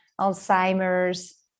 Alzheimer's